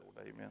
Amen